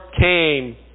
came